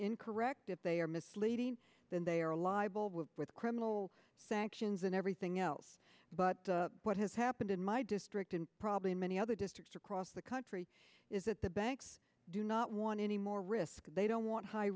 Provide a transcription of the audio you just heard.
incorrect if they are misleading then they are libel with criminal sanctions and everything else but what has happened in my district and probably many other districts across the country is that the banks do not want any more risk they don't want high